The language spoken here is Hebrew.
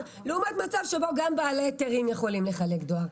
לעומת מצב שבו גם בעלי היתרים יכולים לחלק דואר?